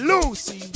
Lucy